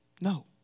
No